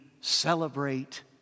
celebrate